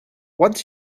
what